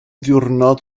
ddiwrnod